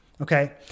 Okay